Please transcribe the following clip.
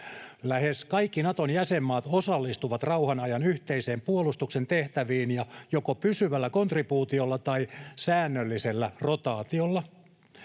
Lähes kaikki Naton jäsenmaat osallistuvat rauhan ajan yhteisen puolustuksen tehtäviin joko pysyvällä kontribuutiolla tai säännöllisellä rotaatiolla.